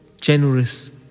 generous